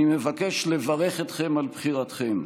אני מבקש לברך אתכם על בחירתכם.